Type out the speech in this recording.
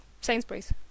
Sainsbury's